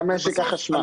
גם משק החשמל.